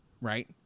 right